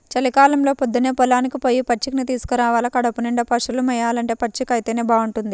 చలికాలంలో పొద్దన్నే పొలానికి పొయ్యి పచ్చికని తీసుకురావాల కడుపునిండా పశువులు మేయాలంటే పచ్చికైతేనే బాగుంటది